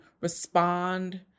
respond